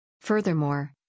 Furthermore